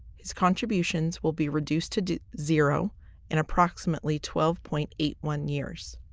his contributions will be reduced to zero in approximately twelve point eight one years.